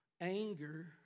anger